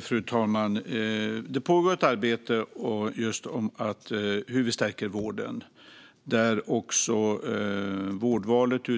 Fru talman! Det pågår ett arbete när det gäller att förstärka vården. Det handlar om att utveckla vårdvalet